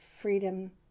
freedom